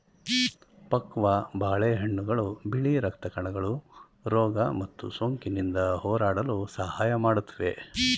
ಪಕ್ವ ಬಾಳೆಹಣ್ಣುಗಳು ಬಿಳಿ ರಕ್ತ ಕಣಗಳು ರೋಗ ಮತ್ತು ಸೋಂಕಿನಿಂದ ಹೋರಾಡಲು ಸಹಾಯ ಮಾಡುತ್ವೆ